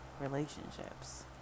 relationships